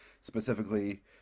specifically